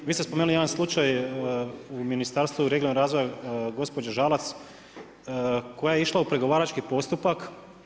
Vi ste spomenuli jedan slučaj u Ministarstvu regionalnog razvoja gospođe Žalac koja je išla u pregovarački postupak.